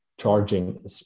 charging